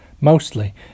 mostly